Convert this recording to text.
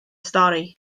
stori